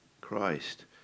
Christ